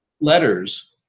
letters